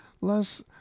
less